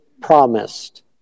promised